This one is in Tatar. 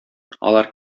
алар